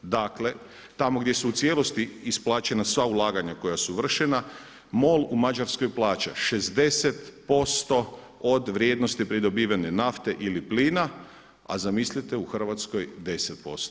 Dakle, tako gdje su u cijelosti isplaćena sva ulaganja koja su vršena MOL u Mađarskoj plaća 60% od vrijednosti pridobivene nafte ili plina, a zamislite u Hrvatskoj 10%